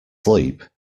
sleep